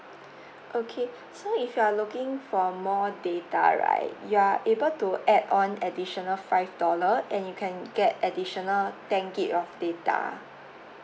okay so if you're looking for more data right you are able to add on additional five dollar and you can get additional ten G_B of data